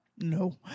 No